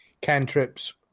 cantrips